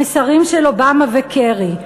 המסרים של אובמה וקרי,